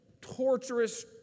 torturous